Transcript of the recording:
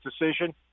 decision